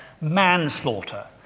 manslaughter